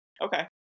Okay